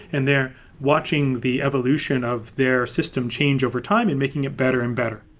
and they're watching the evolution of their system change overtime and making it better and better.